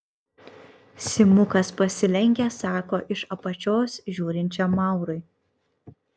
simukas pasilenkęs sako iš apačios žiūrinčiam maurui